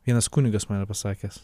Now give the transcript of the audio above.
vienas kunigas man yra pasakęs